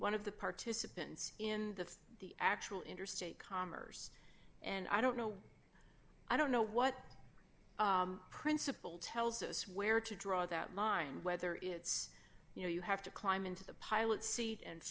one of the participants in the the actual interstate commerce and i don't know i don't know what principle tells us where to draw that line whether it's you know you have to climb into the pilot's seat and